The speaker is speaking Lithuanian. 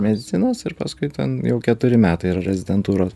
medicinos ir paskui ten jau keturi metai yra rezidentūros